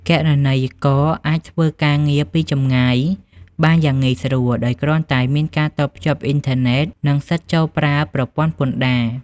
គណនេយ្យករអាចធ្វើការងារពីចម្ងាយបានយ៉ាងងាយស្រួល ដោយគ្រាន់តែមានការតភ្ជាប់អ៊ីនធឺណិត និងសិទ្ធិចូលប្រើប្រព័ន្ធពន្ធដារ។